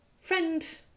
friend